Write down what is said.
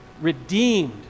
redeemed